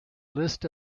list